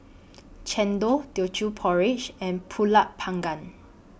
Chendol Teochew Porridge and Pulut Panggang